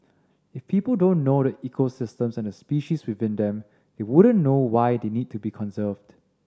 if people don't know the ecosystems and the species within them they wouldn't know why they need to be conserved